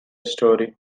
story